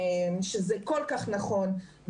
שזה כל כך נכון,